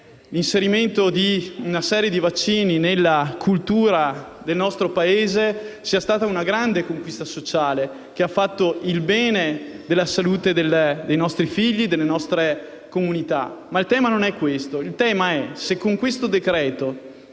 l'inserimento di una serie di vaccini nella cultura del nostro Paese sia stata una grande conquista sociale che ha fatto il bene e la salute dei nostri figli, delle nostre comunità. Non è questo il tema. Il tema è se con questo decreto-legge